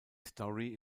story